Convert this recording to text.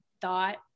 thought